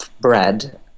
bread